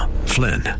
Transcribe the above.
Flynn